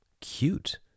cute